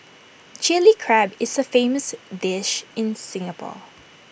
Chilli Crab is A famous dish in Singapore